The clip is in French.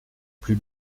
plus